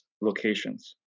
locations